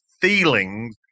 feeling